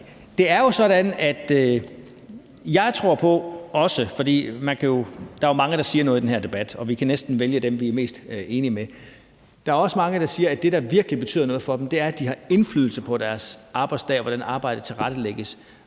kunne godt høre, at det var et klogt citat. Der er jo mange, der siger noget i den her debat, og vi kan næsten vælge dem, vi er mest enige med, men der er også mange, der siger, at det, der virkelig betyder noget for dem, er, at de har indflydelse på deres arbejdsdag og på, hvordan arbejdet tilrettelægges,